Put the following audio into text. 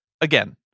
again